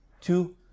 two